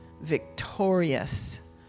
victorious